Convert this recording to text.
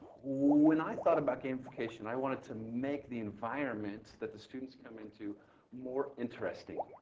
when i thought about gamification, i wanted to make the environment that the students come in to more interesting.